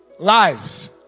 Lies